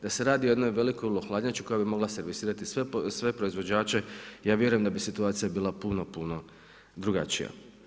Da se radi o jednoj velikoj ULO hladnjači koja bi mogla servisirati sve proizvođače ja vjerujem da bi situacija bila puno, puno drugačija.